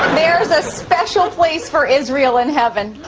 there's a special place for israel in heaven.